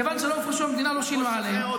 כיוון שלא הופרשו, המדינה לא שילמה עליהן.